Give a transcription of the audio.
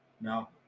No